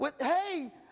Hey